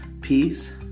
peace